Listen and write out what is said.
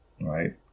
right